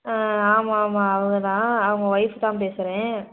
ஆ ஆமாம் ஆமாம் அவங்க தான் அவங்க ஒய்ஃப் தான் பேசுகிறேன்